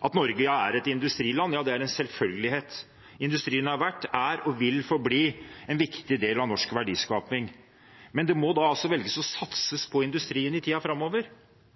At Norge er et industriland, er en selvfølgelighet. Industrien har vært, er og vil forbli en viktig del av norsk verdiskaping. Men man må da velge å satse på industrien i tiden framover.